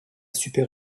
super